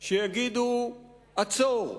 שיגידו: עצור.